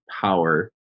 power